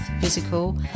physical